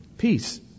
peace